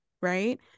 Right